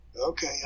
Okay